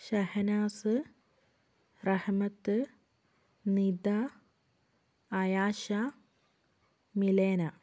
Shahnaz Rahmat Nida Ayasha Milena